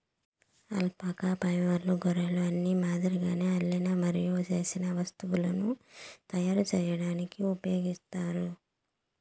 alpaca ఫైబర్ను గొర్రెల ఉన్ని మాదిరిగానే అల్లిన మరియు నేసిన వస్తువులను తయారు చేయడానికి ఉపయోగిస్తారు